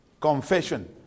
Confession